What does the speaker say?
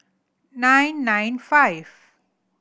nine nine five